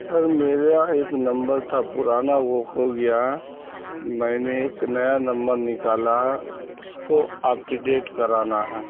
سر میرا ایک نمبر تھا پرانا وہ کھو گیا میں نے ایک نیا نمبر نکالا اس کو اپ ڈیٹ کرانا ہے